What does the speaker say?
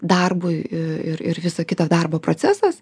darbui ir ir visas kitas darbo procesas